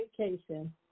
vacation